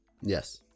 Yes